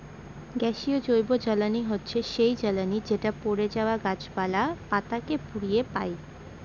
গ্যাসীয় জৈবজ্বালানী হচ্ছে সেই জ্বালানি যেটা পড়ে যাওয়া গাছপালা, পাতা কে পুড়িয়ে পাই